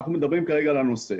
אנחנו מדברים כרגע על הנושא.